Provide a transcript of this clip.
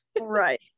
Right